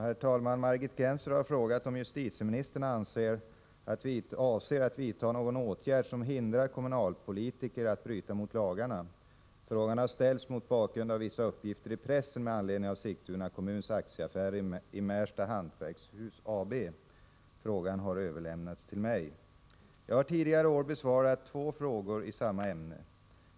Herr talman! Margit Gennser har frågat om justitieministern avser att vidta någon åtgärd som hindrar kommunalpolitiker att bryta mot lagarna. Frågan har ställts mot bakgrund av vissa uppgifter i pressen med anledning av Sigtuna kommuns aktieaffärer i Märsta Hantverkshus AB. Frågan har överlämnats till mig. Jag har tidigare i år besvarat två frågor i samma ämne.